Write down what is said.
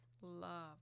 love